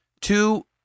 two